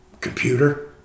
computer